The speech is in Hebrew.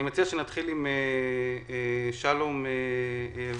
אני מציע שנתחיל עם שלום ואך,